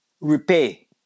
repay